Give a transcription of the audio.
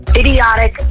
idiotic